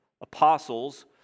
apostles